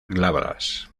glabras